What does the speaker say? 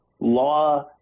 law